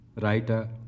writer